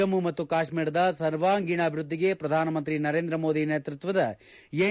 ಜಮ್ಮ ಮತ್ತು ಕಾಶ್ಮೀರದ ಸರ್ವಾಂಗೀಣ ಅಭಿವೃದ್ಧಿಗೆ ಪ್ರಧಾನಮಂತ್ರಿ ನರೇಂದ್ರಮೋದಿ ನೇತೃತ್ವದ ಎನ್